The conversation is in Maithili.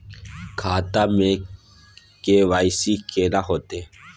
खाता में के.वाई.सी केना होतै?